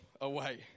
away